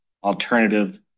alternative